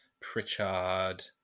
Pritchard